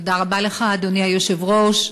אדוני היושב-ראש,